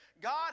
God